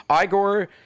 Igor